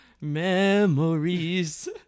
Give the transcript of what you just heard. Memories